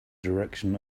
direction